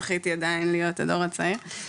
זכיתי עדיין להיות הדור הצעיר,